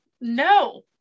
no